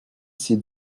ces